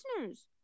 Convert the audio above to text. listeners